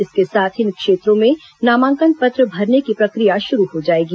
इसके साथ ही इन क्षेत्रों में नामांकन पत्र भरने की प्रक्रिया शुरू हो जाएगी